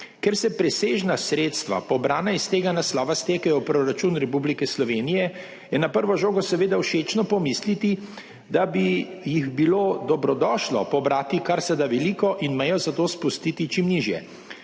Ker se presežna sredstva, pobrana iz tega naslova stekajo v proračun Republike Slovenije, je na prvo žogo seveda všečno pomisliti, da bi jih bilo dobrodošlo pobrati karseda veliko in mejo za to spustiti čim nižje,